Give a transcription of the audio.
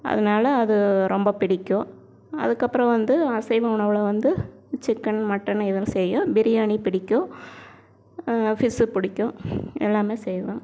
அதனால அது ரொம்ப பிடிக்கும் அதுக்கப்புறம் வந்து அசைவ உணவில் வந்து சிக்கன் மட்டன் இதெலாம் செய்வேன் பிரியாணி பிடிக்கும் ஃபிஷ்ஷு பிடிக்கும் எல்லாமே செய்வேன்